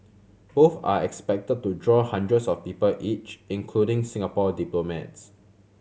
both are expected to draw hundreds of people each including Singapore diplomats